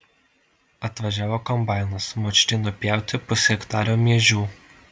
atvažiavo kombainas močiutei nupjauti pushektario miežių